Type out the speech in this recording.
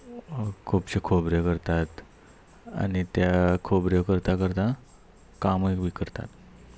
खुबश्यो खोबऱ्यो करतात आनी त्या खोबऱ्यो करता करता कामय बी करतात